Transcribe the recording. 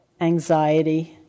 anxiety